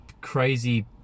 crazy